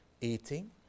eating